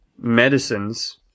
medicines